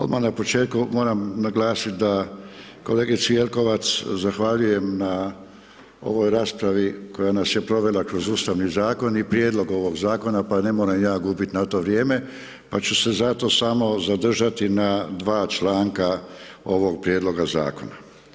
Odmah na početku moram naglasiti da kolegici Jelkovac zahvaljujem na ovoj raspravi koja nas je provela kroz Ustavni zakon i prijedlog ovog zakona pa ne moram ja gubiti na to vrijeme pa ću se zato samo zadržati na dva članka ovog prijedloga zakona.